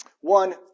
One